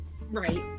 Right